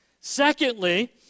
Secondly